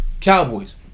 Cowboys